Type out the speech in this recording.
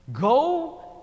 Go